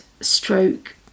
stroke